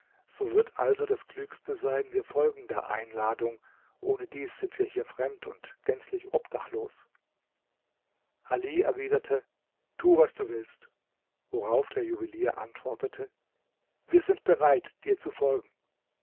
so wird also das klügste sein wir folgen der einladung ohnedies sind wir hier fremd und gänzlich obdachlos ali erwiderte tu was du willst worauf der juwelier antwortete wir sind bereit dir zu folgen